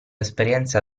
esperienza